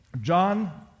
John